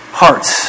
hearts